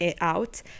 out